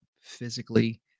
physically